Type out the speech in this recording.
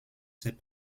ces